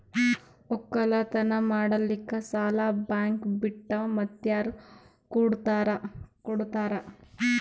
ಒಕ್ಕಲತನ ಮಾಡಲಿಕ್ಕಿ ಸಾಲಾ ಬ್ಯಾಂಕ ಬಿಟ್ಟ ಮಾತ್ಯಾರ ಕೊಡತಾರ?